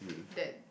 that